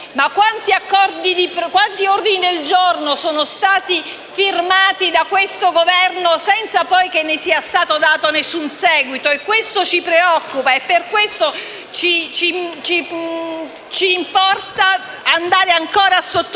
ma quanti ordini del giorno sono stati accolti da questo Governo senza che poi ne sia stato dato alcun seguito? Questo ci preoccupa e per questo ci importa andare ancora a sottolineare